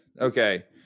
Okay